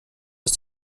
ist